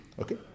Okay